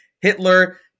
Hitler